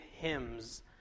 hymns